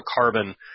carbon